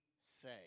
say